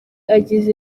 agize